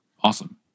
awesome